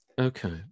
Okay